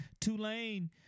Tulane